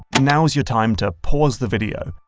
now's your time to pause the video,